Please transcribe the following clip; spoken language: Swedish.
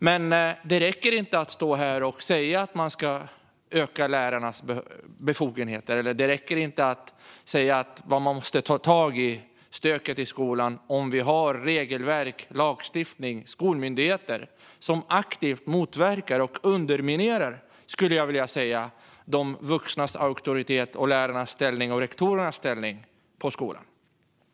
Men det räcker inte att stå här och säga att man ska öka lärarnas befogenheter eller att man måste ta tag i stöket i skolan om vi har regelverk, lagstiftning och skolmyndigheter som aktivt motverkar och underminerar - skulle jag vilja säga - de vuxnas auktoritet och lärarnas och rektorernas ställning på skolan.